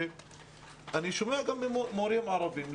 אני שומע גם מורים ערבים,